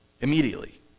immediately